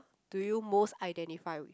do you most identify with